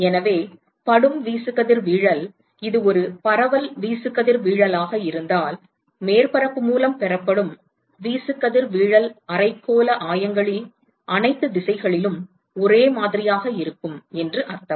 எனவே படும் வீசுகதிர்வீழல் இது ஒரு பரவல் வீசுகதிர்வீழலாக இருந்தால் மேற்பரப்பு மூலம் பெறப்படும் வீசுகதிர்வீழல் அரைக்கோள ஆயங்களில் அனைத்து திசைகளிலும் ஒரே மாதிரியாக இருக்கும் என்று அர்த்தம்